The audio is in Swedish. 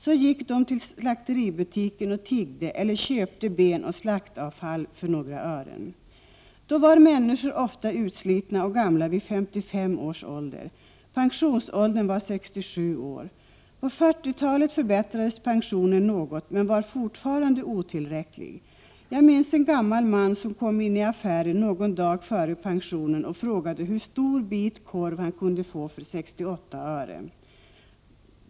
Så gick dom till slakteributiken och tiggde, eller köpte ben och slaktavfall för några ören. Då var människor ofta utslitna och gamla vid 55 års ålder. Pensionsåldern var 67 år. På 40-talet förbättrades pensionen något men var fortfarande otillräcklig. Jag minns en gammal man som kom in i affären någon dag före pensionen och frågade hur stor bit korv han kunde få för 68 öre.